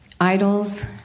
idols